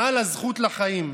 מעל הזכות לחיים.